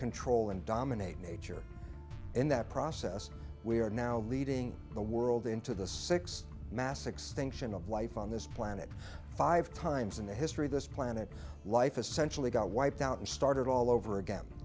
control and dominate nature in that process we are now leading the world into the six mass extinction of life on this planet five times in the history this planet life essentially got wiped out and started all over again